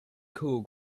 cool